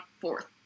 fourth